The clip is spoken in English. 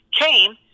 came